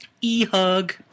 e-hug